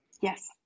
Yes